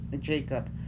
Jacob